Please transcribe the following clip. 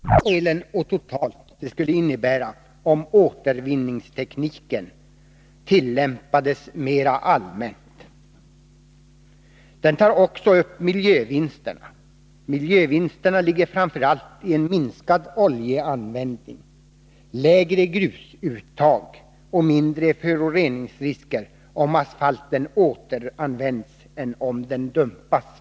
Herr talman! Jag kommer i mitt anförande att ta upp fyra delar av näringsutskottets betänkande. Det gäller avsnittet om olja — motionen om asfaltåtervinning — men även reservationerna 33, 34 och 35. Motionen om asfaltåtervinning tar upp de besparingar, både på oljedelen och totalt, som det skulle innebära om återvinningstekniken tillämpades mer allmänt. Det tar också upp miljövinsterna. Dessa ligger framför allt i en minskad oljeanvändning, lägre grusuttag och mindre föroreningsrisker, om asfalten återanvänds än om den dumpas.